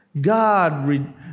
God